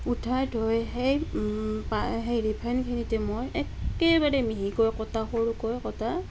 উঠাই থৈ সেই হেৰি ফেনখিনিতে মই একেবাৰে মিহিকৈ কটা সৰুকৈ কটা